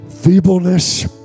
feebleness